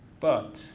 but